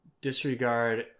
disregard